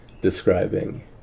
describing